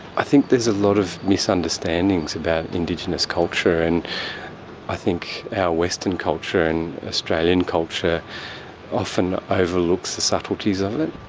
i think there's a lot of misunderstandings about indigenous culture, and i think our western culture and australian culture often overlooks the subtleties of it.